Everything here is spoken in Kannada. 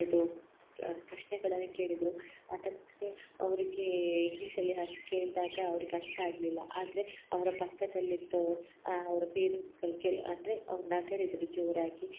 ಇದು ಪ್ರಶ್ನೆಗಳನ್ನ ಕೇಳಿದರು ಅದಕ್ಕೆ ಅವ್ರಿಗೆ ಇಂಗ್ಲಿಷಲ್ಲಿ ಅತ್ ಕೇಳ್ದಾಗ ಅವ್ರಿಗೆ ಅರ್ಥ ಆಗಲಿಲ್ಲ ಆದರೆ ಅವರ ಪಕ್ಕದಲ್ಲಿ ಇದ್ದೋ ಅವರ ಪೇರೆಂಟ್ಸ್ಗಳು ಕೇಳಿ ಅಂದರೆ ಅವ್ರು ನಗಾಡಿದ್ದರು ಜೋರಾಗಿ